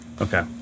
okay